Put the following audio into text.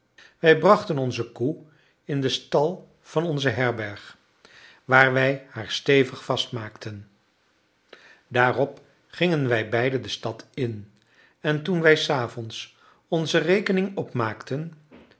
wij brachten onze koe in den stal van onze herberg waar wij haar stevig vastmaakten daarop gingen wij beiden de stad in en toen wij s avonds onze rekening opmaakten